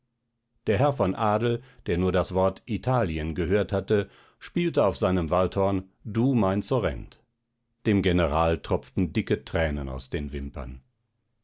der herr von adel der nur das wort italien gehört hatte spielte auf seinem waldhorn du mein sorrent dem general tropften dicke tränen aus den wimpern